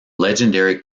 legendary